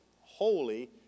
holy